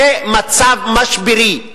זה מצב משברי.